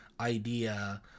idea